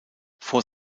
vor